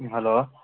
ꯎꯝ hello